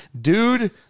Dude